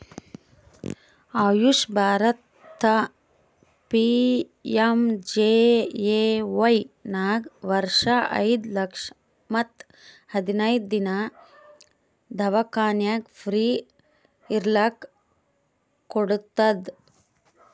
AYUSH Bharat PMJAY ನಾಗ್ ವರ್ಷ ಐಯ್ದ ಲಕ್ಷ ಮತ್ ಹದಿನೈದು ದಿನಾ ದವ್ಖಾನ್ಯಾಗ್ ಫ್ರೀ ಇರ್ಲಕ್ ಕೋಡ್ತುದ್